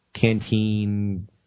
Canteen